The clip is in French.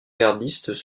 gardistes